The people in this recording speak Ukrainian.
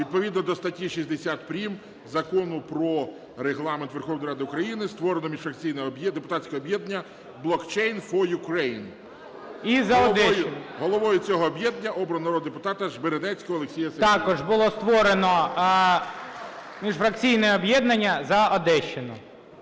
Відповідно до статті 60 прим. Закону "Про Регламент Верховної Ради України" створено міжфракційне депутатське об'єднання "Blockchain for Ukraine". Головою цього об'єднання обрано народного депутата Жмеренецького Олексія Сергійовича. 17:39:52 ГОЛОВУЮЧИЙ. Також було створено міжфракційне об'єднання "За Одещину".